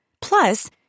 Plus